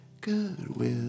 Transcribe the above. goodwill